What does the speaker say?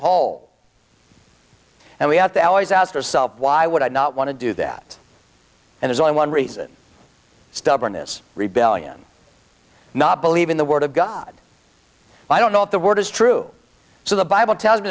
whole and we have to always ask yourself why would i not want to do that and is only one reason stubbornness rebellion not believe in the word of god i don't know if the word is true so the bible tells me